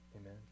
amen